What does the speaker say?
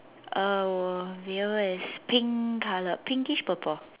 uh veil is pink color pinkish purple